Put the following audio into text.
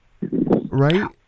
right